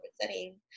setting